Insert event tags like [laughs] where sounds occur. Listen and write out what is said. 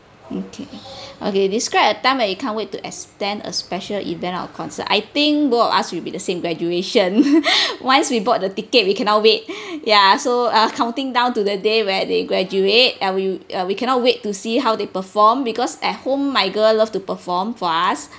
okay okay describe a time when you can't wait to attend a special event or concert I think both of us will be the same graduation [laughs] once we bought the ticket we cannot wait [breath] ya so I was counting down to the day where they graduate uh we uh we cannot wait to see how they perform because at home my girl love to perform for us